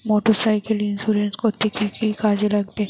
Motorcycle insurance করতে কি কি কাগজ লাগবে?